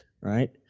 right